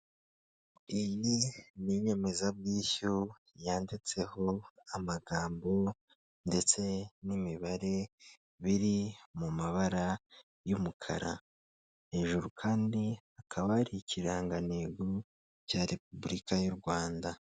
Iyi ni inyemezabwishyu yanditseho amagambo ndetse n'imibare biri mu mabara y'umukara, hejuru kandi hakaba hari ikirangantego cya Repubulika y'u Rwanda.